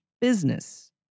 business